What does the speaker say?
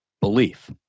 belief